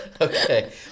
okay